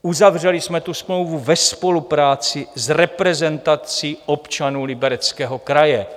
Uzavřeli jsme tu smlouvu ve spolupráci s reprezentací občanů Libereckého kraje.